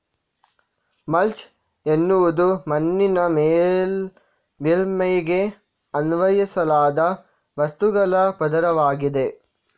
mulch ಎನ್ನುವುದು ಮಣ್ಣಿನ ಮೇಲ್ಮೈಗೆ ಅನ್ವಯಿಸಲಾದ ವಸ್ತುಗಳ ಪದರವಾಗಿದೆ